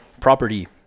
property